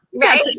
Right